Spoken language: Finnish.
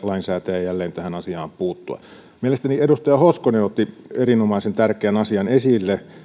lainsäätäjä jälleen tähän asiaan puuttua mielestäni edustaja hoskonen otti erinomaisen tärkeän asian esille